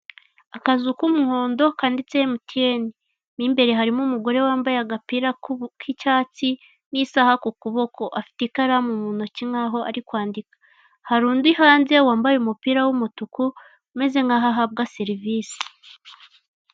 Akazu k'umuhondo kanditseho emutiyeni mo imbere harimo umugore wambaye agapira k'icyatsi n'isaha ku kuboko afite ikaramu mu ntoki nkaho ari kwandika, hari undi hanze wambaye umupira w'umutuku umeza nkaho ahabwa serivise.